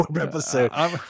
episode